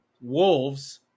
Wolves